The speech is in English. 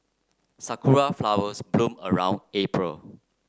sakura flowers bloom around April